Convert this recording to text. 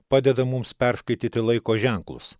padeda mums perskaityti laiko ženklus